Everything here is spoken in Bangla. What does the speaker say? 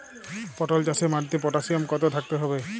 পটল চাষে মাটিতে পটাশিয়াম কত থাকতে হবে?